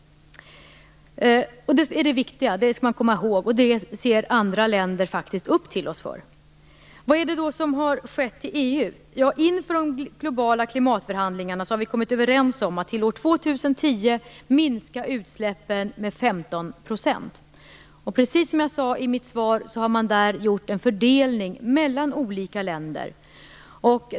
Det är det viktiga. Det skall man komma ihåg. Det ser andra länder faktiskt upp till oss för. Vad är det då som har skett i EU? Inför de globala klimatförhandlingarna har vi kommit överens om att till år 2010 minska utsläppen med 15 %. Precis som jag sade i mitt svar har man gjort en fördelning mellan olika länder.